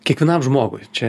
kiekvienam žmogui čia